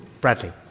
Bradley